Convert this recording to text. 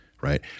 right